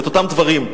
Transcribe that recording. את אותם דברים.